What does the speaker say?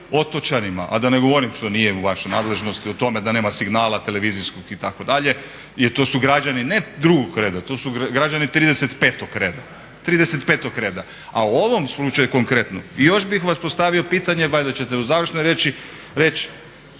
otočanima, a da ne govorim što nije u vašoj nadležnosti, o tome da nema signala televizijskog itd. jer to su građani ne drugog reda, to su građani 35. reda u ovom slučaju konkretnom. I još bih vam postavio pitanje, valjda ćete u završnoj riječi reći,